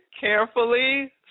Carefully